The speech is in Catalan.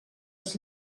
els